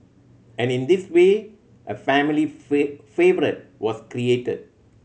and in this way a family favourite was created